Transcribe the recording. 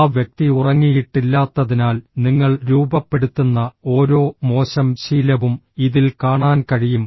ആ വ്യക്തി ഉറങ്ങിയിട്ടില്ലാത്തതിനാൽ നിങ്ങൾ രൂപപ്പെടുത്തുന്ന ഓരോ മോശം ശീലവും ഇതിൽ കാണാൻ കഴിയും